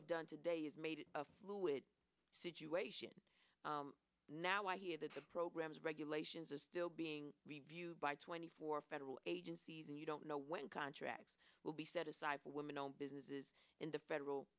have done today is made of fluid situation now i hear that the programs regulations are still being reviewed by twenty four federal agencies and you don't know when contracts will be set aside for women owned businesses in the federal